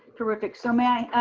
terrific. so may i,